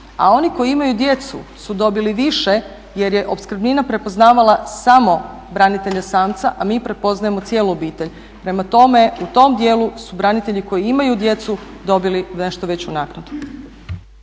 A oni koji imaju djecu su dobili više jer je opskrbnina prepoznavala samo branitelje samca a mi prepoznajemo cijelu obitelj. Prema tome, u tom dijelu su branitelji koji imaju djecu dobili nešto veću naknadu.